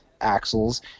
axles